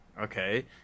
okay